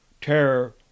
Terror